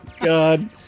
God